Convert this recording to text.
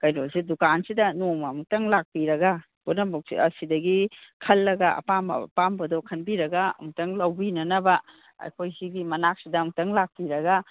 ꯀꯩꯅꯣꯁꯦ ꯗꯨꯀꯥꯟꯁꯤꯗ ꯅꯣꯡꯃ ꯑꯃꯨꯛꯇꯪ ꯂꯥꯛꯄꯤꯔꯒ ꯄꯨꯝꯅꯃꯛꯁꯦ ꯑꯁꯤꯗꯒꯤ ꯈꯜꯂꯒ ꯑꯄꯥꯝꯕ ꯑꯄꯥꯝꯕꯗꯣ ꯈꯟꯕꯤꯔꯒ ꯑꯃꯨꯛꯇꯪ ꯂꯧꯕꯤꯅꯅꯕ ꯑꯩꯈꯣꯏ ꯁꯤꯒꯤ ꯃꯅꯥꯛꯁꯤꯗ ꯑꯝꯇꯪ ꯂꯥꯛꯄꯤꯔꯒ